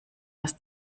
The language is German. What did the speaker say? dass